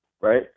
right